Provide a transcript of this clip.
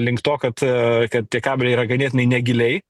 link to kad kad tie kabeliai yra ganėtinai negiliai